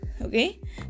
okay